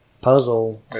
puzzle